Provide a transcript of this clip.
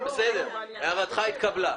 הערתך התקבלה.